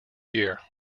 year